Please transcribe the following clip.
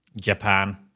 Japan